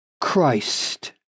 Christ